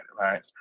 right